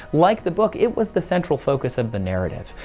like the book it was the central focus of the narrative!